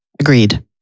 agreed